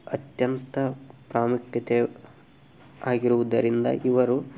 ಅತ್ಯಂತ ಪ್ರಾಮುಖ್ಯತೆ ಆಗಿರುವುದರಿಂದ ಇವರು